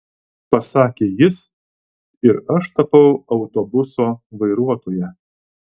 pasakė jis ir aš tapau autobuso vairuotoja